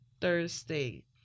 Thursday